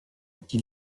qui